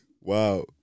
Wow